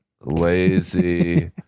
lazy